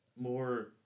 More